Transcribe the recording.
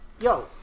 yo